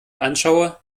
anschaue